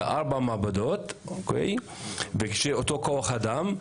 ארבע מעבדות ועל ידי אותו כוח אדם,